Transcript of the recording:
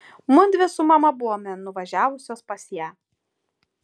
mudvi su mama buvome nuvažiavusios pas ją